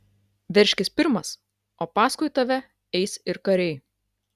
veržkis pirmas o paskui tave eis ir kariai